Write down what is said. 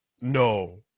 No